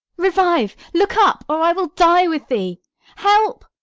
revive, look up, or i will die with thee help,